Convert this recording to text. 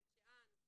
בית שאן,